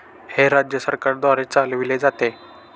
हे राज्य सरकारद्वारे चालविले जाते